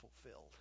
fulfilled